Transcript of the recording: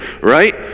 right